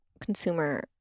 consumer